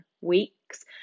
weeks